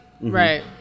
Right